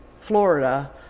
Florida